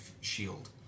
shield